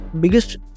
biggest